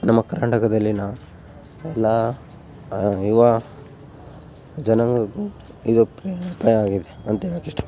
ನಮ್ಮ ಕರ್ನಾಟಕದಲ್ಲಿನ ಎಲ್ಲ ಯುವ ಜನಾಂಗಕ್ಕು ಇದು ಆಗಿದೆ ಅಂತೇಳೋಕ್ ಇಷ್ಟ